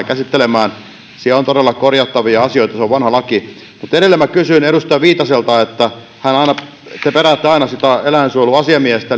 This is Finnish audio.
käsittelemään siinä on todella korjattavia asioita se on vanha laki mutta edelleen minä kysyn edustaja viitaselta te peräätte aina sitä eläinsuojeluasiamiestä